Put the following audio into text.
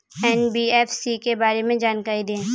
NBFC के बारे में जानकारी दें?